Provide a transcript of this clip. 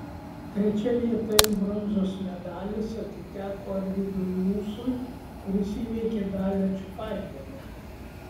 trečia vieta ir bronzos medalis atiteko arvydui ūsui kuris įveikė dalią čiupailienę